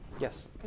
Yes